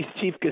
Chief